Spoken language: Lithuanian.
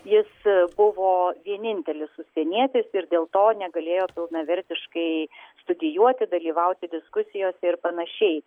jis buvo vienintelis užsienietis ir dėl to negalėjo pilnavertiškai studijuoti dalyvauti diskusijose ir panašiai